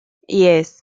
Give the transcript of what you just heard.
yes